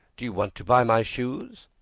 do you want to buy my shoes?